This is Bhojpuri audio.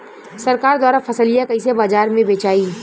सरकार द्वारा फसलिया कईसे बाजार में बेचाई?